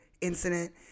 incident